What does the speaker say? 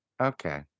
okay